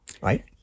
right